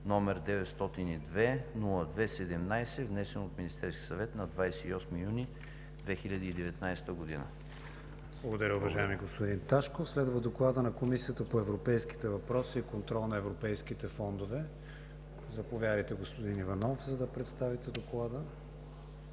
№ 902-02-17, внесен от Министерския съвет на 28 юни 2019 г.“ ПРЕДСЕДАТЕЛ КРИСТИАН ВИГЕНИН: Благодаря, уважаеми господин Ташков. Следва Докладът на Комисията по европейските въпроси и контрол на европейските фондове. Заповядайте, господин Иванов, за да представите Доклада.